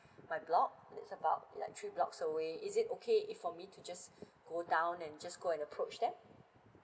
my block it's about like three blocks away is it okay if for me to just go down and just go and approach them